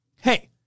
Hey